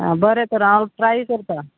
आं बरें तर हांव ट्राय करता